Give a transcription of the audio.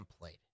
played